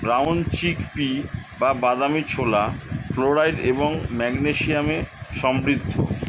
brown chickpea বা বাদামী ছোলা ফ্লোরাইড এবং ম্যাগনেসিয়ামে সমৃদ্ধ